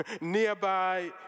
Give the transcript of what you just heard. nearby